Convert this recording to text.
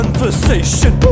Conversation